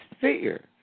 fear